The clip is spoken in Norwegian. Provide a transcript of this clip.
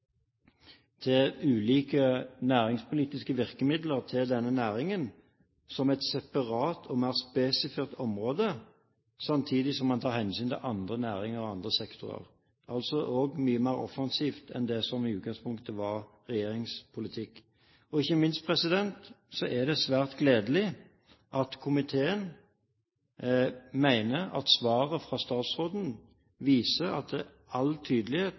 ulike næringspolitiske virkemidler for denne næringen som et separat og spesifisert område, samtidig som man tar hensyn til andre næringer og andre sektorer – altså mye mer offensivt enn det som i utgangspunktet var regjeringens politikk. Ikke minst er det svært gledelig at komiteen mener at svaret fra statsråden med all tydelighet viser at